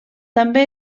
també